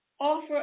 Offer